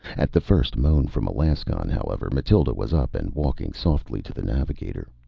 at the first moan from alaskon, however, mathild was up and walking softly to the navigator,